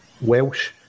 Welsh